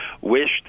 wished